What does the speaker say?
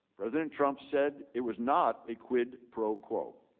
president trump said it was not a quid pro quo.